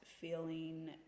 feeling